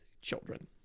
children